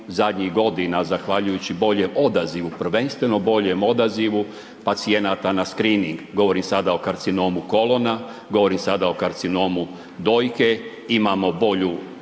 zadnjih godina zahvaljujući boljem odazivu, prvenstveno boljem odazivu pacijenata na screening, govorim sada o karcinomu kolona, govorim sada o karcinomu dojke, imamo bolji